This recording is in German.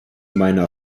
meiner